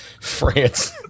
France